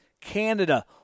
Canada